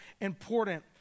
important